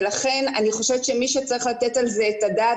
ולכן אני חושבת שמי שצריך לתת על זה את הדעת